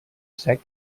sec